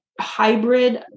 hybrid